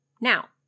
Now